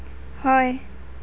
হয়